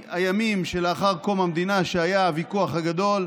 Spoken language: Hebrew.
מהימים שלאחר קום המדינה, שהיה הוויכוח הגדול,